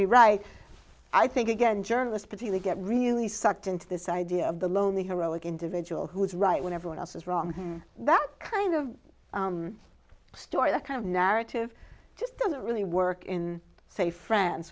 be right i think again journalist but he get really sucked into this idea of the lonely heroic individual who is right when everyone else is wrong that kind of story that kind of narrative just doesn't really work in say fr